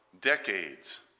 decades